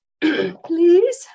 please